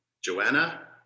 Joanna